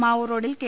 മാവൂർ റോഡിൽ കെ